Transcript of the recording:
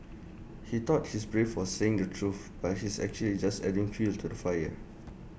he thought he's brave for saying the truth but he's actually just adding fuel to the fire